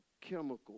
chemical